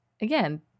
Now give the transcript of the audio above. again